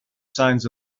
signs